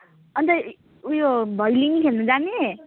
अनि त ऊ यो भैलिनी खेल्नु जाने